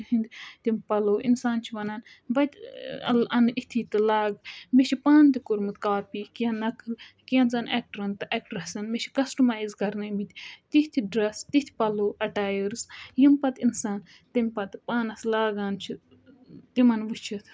تِہٕنٛدۍ تِم پَلو اِنسان چھِ وَنان بہٕ تہِ اَنہٕ اِتھی تہٕ لاگہٕ مےٚ چھُ پانہٕ تہِ کوٚرمُت کاپی کیٚنٛہہ نَقٕل کیٚنٛژن ایٚکٹَرَن تہٕ ایٚکٹرٛسَن مےٚ چھِ کَسٹٕمایِز کَرنٲومٕتۍ تِتھۍ ڈرٛس تِتھۍ پَلو اَٹَیٲرٕس یِم پَتہٕ اِنسان تَمہِ پَتہٕ پانَس لاگان چھِ تِمَن وُچھِتھ